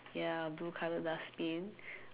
ya blue color dustbin